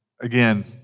again